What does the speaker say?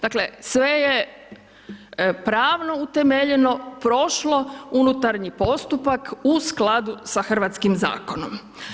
Dakle, sve je pravno utemeljeno, prošlo unutarnji postupak u skladu sa hrvatskim zakonom.